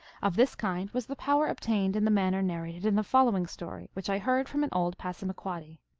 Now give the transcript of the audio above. of this kind was the power obtained in the manner narrated in the following story, which i heard from an old passamaquoddy